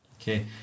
Okay